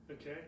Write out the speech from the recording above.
Okay